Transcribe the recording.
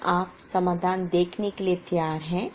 क्या आप समाधान देखने के लिए तैयार हैं